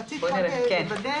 רציתי רק לוודא